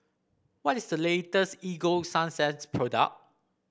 what is the latest Ego Sunsense product